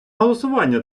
голосування